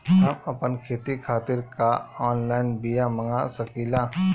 हम आपन खेती खातिर का ऑनलाइन बिया मँगा सकिला?